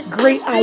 great